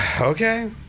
Okay